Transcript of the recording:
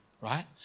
right